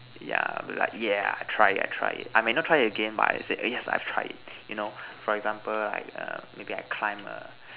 yeah like yeah I try it I try it I may not try it again but I said yes I've tried you know for example like err maybe I climb a